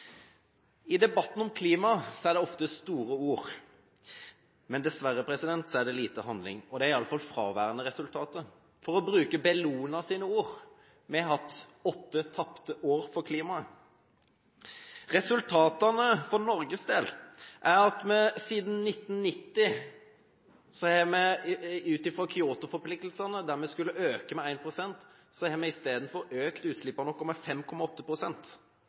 I debatten om klima er det ofte store ord, men dessverre lite handling. Det er i alle fall fraværende resultater. For å bruke Bellonas ord: Vi har hatt åtte tapte år for klimaet. Resultatene for Norges del er at vi siden 1990 – ut fra Kyoto-forpliktelsene, der vi skulle øke med 1 pst. – har økt utslippene våre med